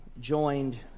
joined